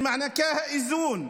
במענקי האיזון,